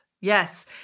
Yes